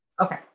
Okay